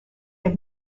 had